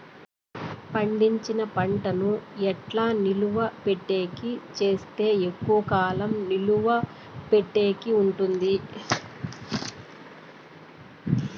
పండించిన పంట ను ఎట్లా నిలువ పెట్టేకి సేస్తే ఎక్కువగా కాలం నిలువ పెట్టేకి ఉంటుంది?